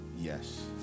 Yes